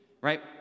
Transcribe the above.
right